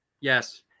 Yes